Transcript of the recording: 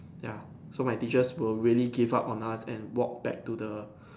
ya so my teachers will really give up on us and walk back to the